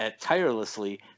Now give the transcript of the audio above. tirelessly